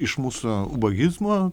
iš mūsų ubagizmo